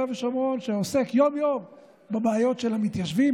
ושומרון ועוסק יום-יום בבעיות של המתיישבים,